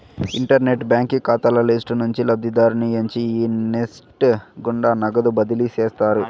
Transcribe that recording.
internet బాంకీ కాతాల list నుంచి లబ్ధిదారుని ఎంచి ఈ నెస్ట్ గుండా నగదు బదిలీ చేస్తారు